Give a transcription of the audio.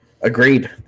Agreed